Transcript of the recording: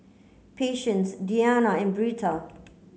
Patience Deana and Britta